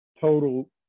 total